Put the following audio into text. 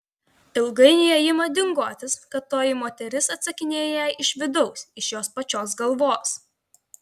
ilgainiui jai ima dingotis kad toji moteris atsakinėja jai iš vidaus iš jos pačios galvos